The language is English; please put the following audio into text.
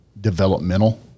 developmental